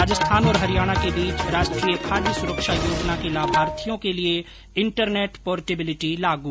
राजस्थान और हरियाणा के बीच राष्ट्रीय खाद्य सुरक्षा योजना के लाभार्थियों के लिये इंटरस्टेट पोर्टेबिलिटी लागू